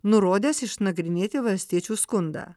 nurodęs išnagrinėti valstiečių skundą